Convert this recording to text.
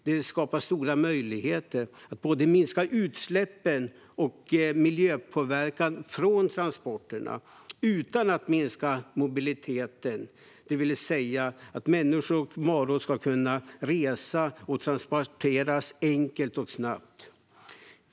Det skapar stora möjligheter att minska utsläppen och miljöpåverkan från transporterna utan att minska mobiliteten, det vill säga möjligheten för människor och varor att enkelt och snabbt resa och transporteras.